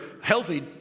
healthy